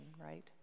right